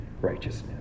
righteousness